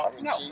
no